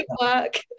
work